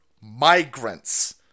migrants